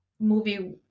movie